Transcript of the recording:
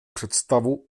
představu